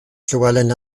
llywelyn